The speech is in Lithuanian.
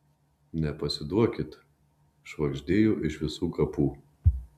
nepasiduokit švagždėjo iš visų kapų